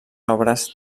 obres